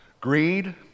greed